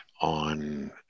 on